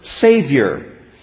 Savior